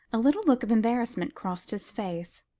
a little look of embarrassment crossed his face.